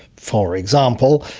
for example,